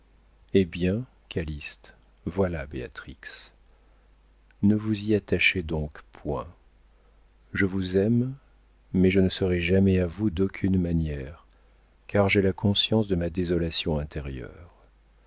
eh bien calyste voilà béatrix ne vous y attachez donc point je vous aime mais je ne serai jamais à vous d'aucune manière car j'ai la conscience de ma désolation intérieure